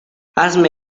hazme